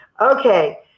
Okay